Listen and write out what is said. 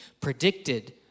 predicted